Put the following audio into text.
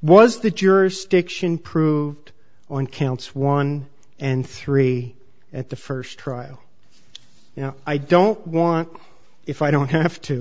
was the jurors stiction proved on counts one and three at the first trial you know i don't want if i don't have to